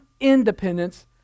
independence